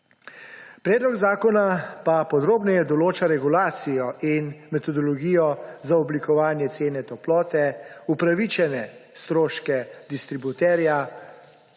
Predlog zakona podrobneje določa regulacijo in metodologijo za oblikovanje cene toplote, upravičene stroške distributerja,